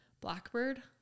Blackbird